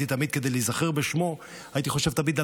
כדי להיזכר בשמו הייתי חושב תמיד על